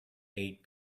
eight